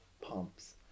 pumps